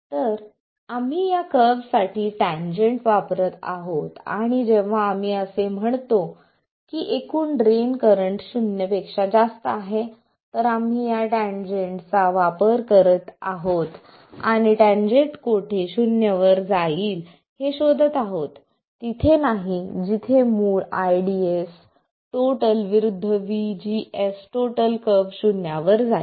तर आम्ही या कर्व्ह साठी टॅन्जंट वापरत आहोत आणि जेव्हा आम्ही असे म्हणतो की एकूण ड्रेन करंट शून्य पेक्षा जास्त आहे तर आम्ही या टॅन्जंट चा वापर करीत आहोत आणि टॅन्जंट कोठे शून्य वर जाईल हे शोधत आहोत तिथे नाही जिथे मूळ ID विरुद्ध VGS कर्व्ह शून्यावर जाईल